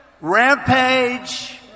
rampage